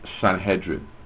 Sanhedrin